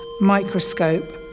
microscope